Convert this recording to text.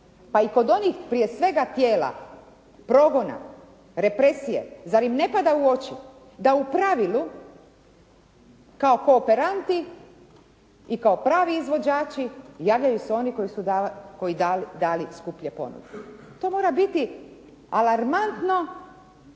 pa i kod onih prije svega tijela progona, represije, zar im ne pada u oči da u pravilu kao kooperanti i kao pravi izvođači javljaju se oni koji su dali skuplje ponude. To mora biti alarmantno,